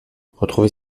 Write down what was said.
retrouver